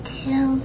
two